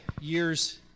years